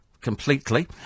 Completely